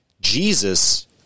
Jesus